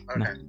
okay